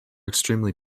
extremely